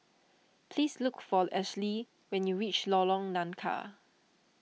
please look for Ashlie when you reach Lorong Nangka